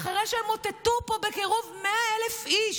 אחרי שמוטטו פה בקירוב 100,000 איש